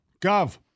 Gov